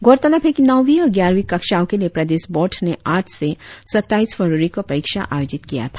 गौरतलब है कि नौवीं और ग्यारहवी कक्षाओं के लिए प्रदेश बोर्ड ने आठ से सत्ताईस फरवरी को परीक्षा आयोजित किया था